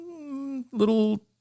little